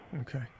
Okay